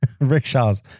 Rickshaws